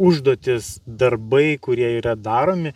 užduotys darbai kurie yra daromi